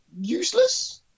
useless